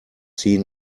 seen